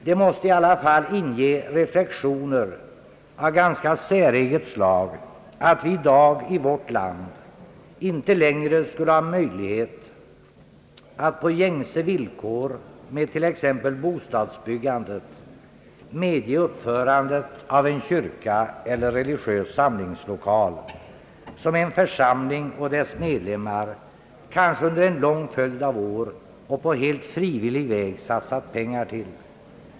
Det måste i alla fall inge reflexioner av ganska säreget slag, att vi i dag i vårt land inte längre skulle ha möjligheter att på gängse villkor för exempelvis bostadsbyggande medge uppförandet av en kyrka eller en religiös samlingslokal, som en församling och dess medlemmar, kanske under en lång följd av år och på helt frivillig väg, satsat pengar till.